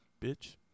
bitch